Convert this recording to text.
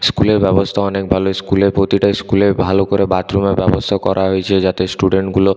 স্কুলের ব্যবস্থা অনেক ভালো ইস্কুলে প্রতিটা ইস্কুলে ভালো করে বাথরুমের ব্যবস্থা করা হয়েছে যাতে স্টুডেন্টগুলো